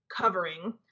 covering